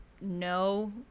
no